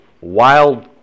wild